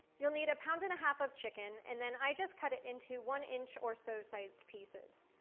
you'll need a pound and a half of chicken and then i just cut it into one inch or so size pieces.